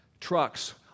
trucks